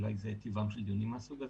אולי זה טיבם של דיונים מהסוג הזה.